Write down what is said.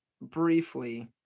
briefly